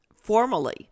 formally